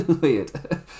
weird